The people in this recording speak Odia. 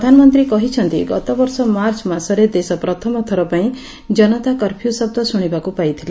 ପ୍ରଧାନମନ୍ତୀ କହିଛନ୍ତି ଗତବର୍ଷ ମାର୍ଚ ମାସରେ ଦେଶ ପ୍ରଥମ ଥରପାଇଁ ଜନତା କର୍ପ୍ୟୁ ଶଦ ଶୁଶିବାକୁ ପାଇଥିଲା